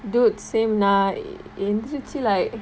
dude same நான் எந்திருச்சு:naan enthiruchu like